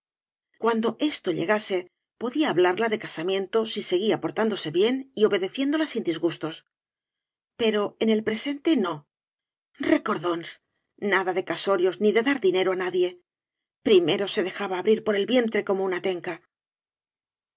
cuando esto llegase podía hablarla de casamiento si seguía portándose bien y obedeciéndola sin disgustos pero en el presente no recordónsf nada de casorios ni de dar dinero á nadie primero se dejaba abrir por el vientre como una tenca